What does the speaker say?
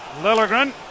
Lilligren